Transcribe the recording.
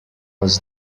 was